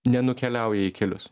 nenukeliauja į kelius